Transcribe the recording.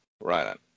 Right